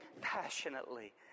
passionately